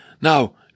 Now